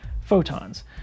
photons